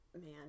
Man